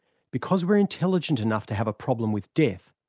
because we're intelligent enough to have a problem with death,